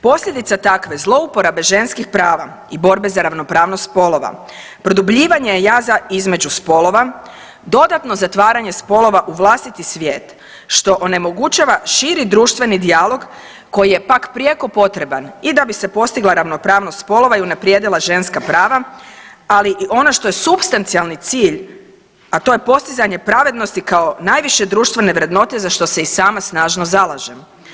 Posljedica takve zlouporabe ženskih prava i borbe za ravnopravnost spolova produbljivanje je jaza između spolova, dodatno zatvaranje spolova u vlastiti svijet, što onemogućava širi društveni dijalog koji je pak prijeko potreban i da bi se postigla ravnopravnost spolova i unaprijedila ženska prava, ali i ono što je supstancijalni cilj, a to je postizanje pravednosti kao najviše društvene vrednote za što se i sama snažno zalažem.